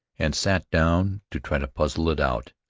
and sat down to try to puzzle it out.